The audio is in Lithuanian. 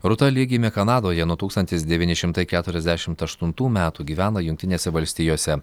rūta li gimė kanadoje nuo tūkstantis devyni šimtai keturiasdešint aštuntų metų gyvena jungtinėse valstijose